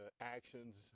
actions